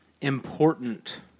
important